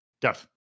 death